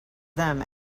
them